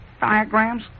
Diagrams